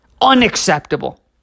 unacceptable